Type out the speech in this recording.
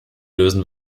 lösen